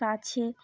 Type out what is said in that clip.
কাছে